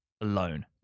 alone